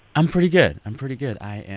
i'm pretty good. i'm pretty good. i am.